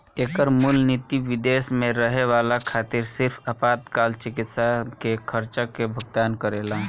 एकर मूल निति विदेश में रहे वाला खातिर सिर्फ आपातकाल चिकित्सा के खर्चा के भुगतान करेला